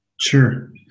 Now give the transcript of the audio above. Sure